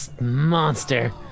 monster